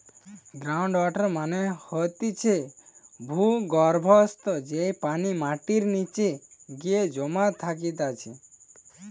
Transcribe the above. ground water মানে হতিছে ভূর্গভস্ত, যেই পানি মাটির নিচে গিয়ে জমা থাকতিছে